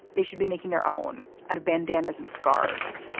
they should be making their own ah bandanas and scarves.